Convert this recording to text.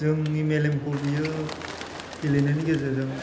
जोंनि मेलेमखौ बियो गेलेनायनि गेजेरजों